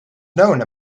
known